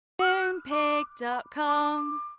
Moonpig.com